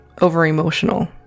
over-emotional